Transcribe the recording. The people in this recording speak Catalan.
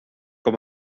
com